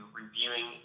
reviewing